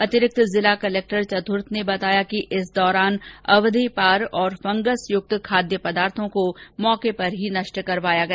अतिरिक्त जिला कलेक्टर चतुर्थ ने बताया कि इस दौरान अवधिपार और फंगस युक्त खाद्य पदार्थों को मौके पर नष्ट करवाया गया